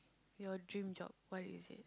your dream job what is it